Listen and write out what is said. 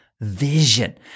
vision